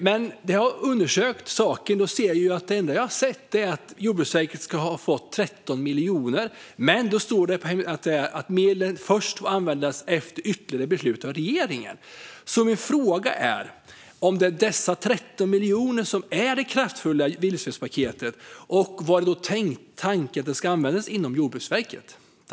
Men jag har undersökt saken, och det enda jag sett är att Jordbruksverket ska ha fått 13 miljoner. Det står dessutom att medlen får användas först efter ytterligare beslut av regeringen. Min fråga är om det är dessa 13 miljoner som är det kraftfulla vildsvinspaketet och hur det då är tänkt att de ska användas inom Jordbruksverket.